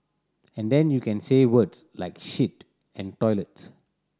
and then you can say words like shit and toilets